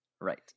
Right